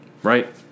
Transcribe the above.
Right